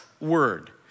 word